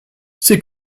c’est